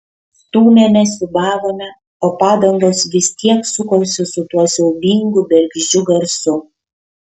stūmėme siūbavome o padangos vis tiek sukosi su tuo siaubingu bergždžiu garsu